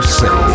say